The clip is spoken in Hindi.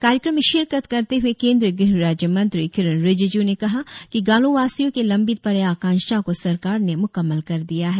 कार्यक्रम में शीरकत करते हुए केंद्रीय गृह राज्य मंत्री किरेन रिजिजू ने कहा कि गालो वासियों के लंबित पड़े आकांक्षा को सरकार ने मुक्कमल कर दिया है